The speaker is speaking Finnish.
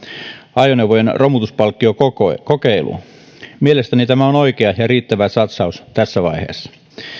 ajoneuvojen romutuspalkkiokokeiluun mielestäni tämä on oikea ja riittävä satsaus tässä vaiheessa